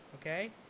okay